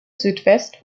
südwest